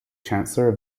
chancellor